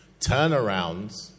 Turnarounds